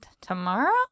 tomorrow